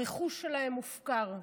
הרכוש שלהם הופקר,